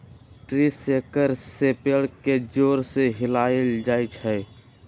tree shaker से पेड़ के जोर से हिलाएल जाई छई